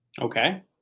Okay